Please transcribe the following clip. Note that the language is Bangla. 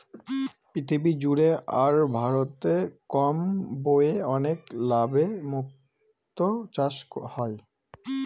পৃথিবী জুড়ে আর ভারতে কম ব্যয়ে অনেক লাভে মুক্তো চাষ হয়